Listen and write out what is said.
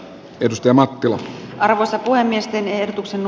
kirsti mattila arvosta puhemiesten ehdotuksen